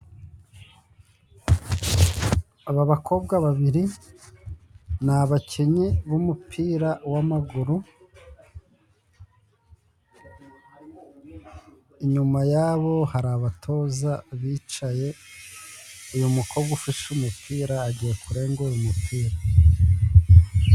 Aba bakobwa babiri ni abakinnyi b'umupira w'amaguru. Inyuma yabo hari abatoza bicaye. Uyu mukobwa ufashe umupira agiye kurengura umupira.